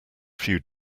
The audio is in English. few